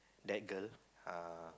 that girl uh